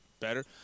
better